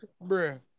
bro